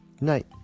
Night